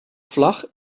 vlag